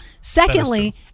Secondly